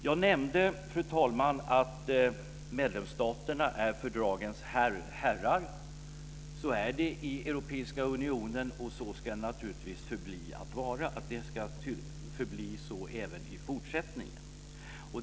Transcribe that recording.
Jag nämnde, fru talman, att medlemsstaterna är fördragens herrar. Så är det i Europeiska unionen och så ska det naturligtvis förbli i fortsättningen.